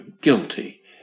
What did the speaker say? guilty